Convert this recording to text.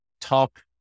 talk